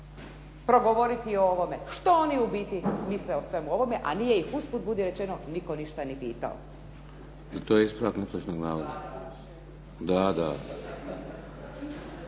progovoriti o ovome. Što oni ubiti misle o svemu ovome, a nije ih, usput budi rečeno, nitko ništa ni pitao. **Šeks, Vladimir (HDZ)**